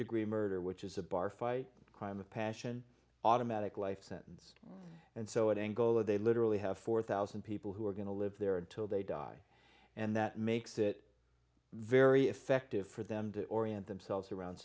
degree murder which is a bar fight crime of passion automatic life sentence and so at angola they literally have four thousand people who are going to live there until they die and that makes it very effective for them to orient themselves around